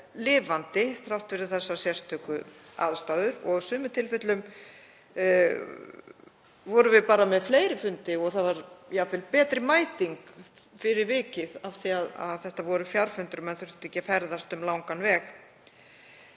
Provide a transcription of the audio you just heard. lifandi þrátt fyrir þessar sérstöku aðstæður. Í sumum tilfellum vorum við með fleiri fundi og það var jafnvel betri mæting fyrir vikið af því að þetta voru fjarfundir og menn þurftu ekki að ferðast um langan veg.